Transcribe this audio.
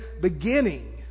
beginning